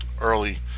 early